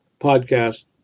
podcast